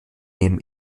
nehme